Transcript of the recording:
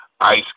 Ice